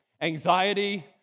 anxiety